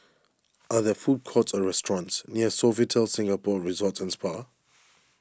are there food courts or restaurants near Sofitel Singapore Resort and Spa